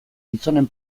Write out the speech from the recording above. gizonen